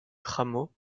cramaux